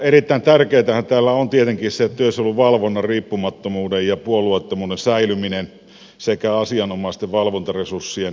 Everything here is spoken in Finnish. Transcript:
erittäin tärkeätähän täällä on tietenkin työsuojelun valvonnan riippumattomuuden ja puolueettomuuden säilyminen sekä asianomaisten valvontaresurssien turvaaminen